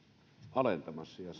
alentamassa